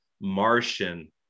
Martian